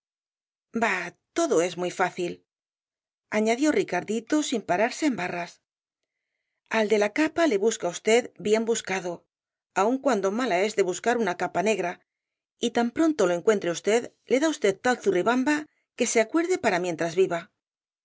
bah todo es muy fácil añadió ricardito sin pararse en barras al de la capa le busca usted bien buscado aun cuando mala es de buscar una capa negra y tan pronto lo encuentre le da usted tal zurribamba que se acuerde para mientras viva